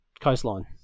Coastline